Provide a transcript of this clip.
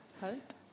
hope